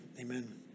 amen